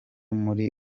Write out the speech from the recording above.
muri